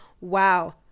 Wow